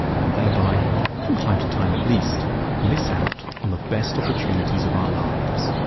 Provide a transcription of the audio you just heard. and thereby from time to time at least miss out on the best opportunities of our lives.